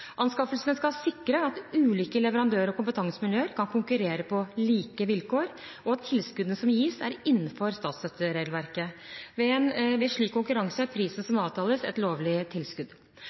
Anskaffelsene skal sikre at ulike leverandør- og kompetansemiljøer kan konkurrere på like vilkår, og at tilskuddene som gis, er innenfor statsstøtteregelverket. Ved slik konkurranse er prisen som avtales, et lovlig tilskudd.